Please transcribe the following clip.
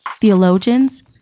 theologians